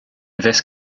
this